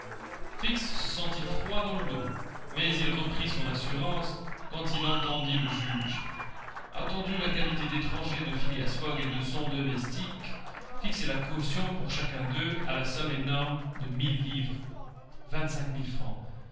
fix se sentit froid dans le dos mais il reprit son assurance quand il entendit le juge attendu la qualité d'étrangers de phileas fogg et de son domestique fixer la caution pour chacun d'eux à la somme énorme de mille livres